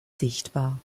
sichtbar